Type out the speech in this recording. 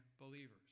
believers